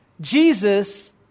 Jesus